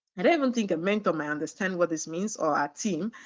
i don't even think a mentor might understand what this means or our team,